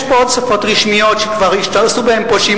יש פה עוד שפות רשמיות שכבר עשו בהן שימוש,